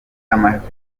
amabanki